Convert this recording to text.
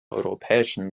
europäischen